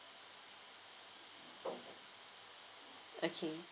okay